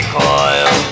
coil